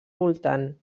voltant